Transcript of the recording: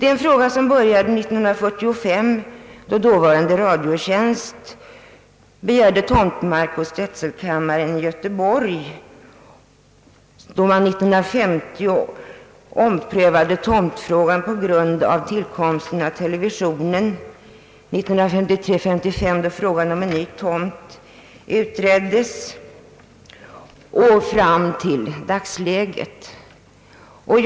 | Denna fråga började diskuteras år 1943 när dåvarande Radiotjänst begärde tomtmark hos drätselkammaren i Göteborg, den omprövades år 1950 på grund av tillkomsten av televisionen och år 1953 och 1955 utreddes frågan om en ny tomt.